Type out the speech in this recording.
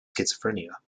schizophrenia